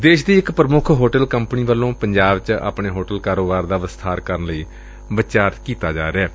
ਦੇਸ਼ ਦੀ ਇਕ ਪੁਮੁੱਖ ਹੋਟੇਲ ਕੰਪਨੀ ਵੱਲੋਂ ਪੰਜਾਬ ਚ ਆਪਣੇ ਹੋਟੇਲ ਕਾਰੋਬਾਰ ਦਾ ਵਿਸਬਾਰ ਕਰਨ ਲਈ ਵਿਚਾਰ ਕੀਤਾ ਜਾ ਰਿਹੈ